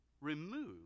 remove